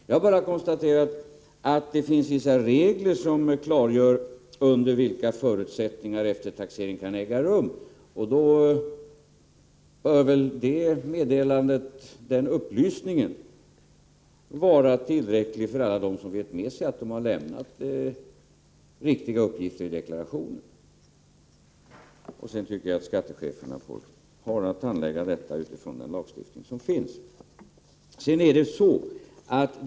Jag har bara konstaterat att det finns vissa regler som klargör under vilka förutsättningar eftertaxering kan äga rum, och den upplysningen bör kunna vara tillräcklig för alla dem som vet med sig att de har lämnat riktiga uppgifter i deklarationen. Skattecheferna har att handlägga frågorna utifrån den lagstiftning som finns.